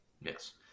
Yes